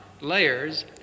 layers